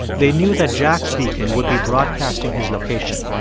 they knew that jack's beacon would be broadcasting his location.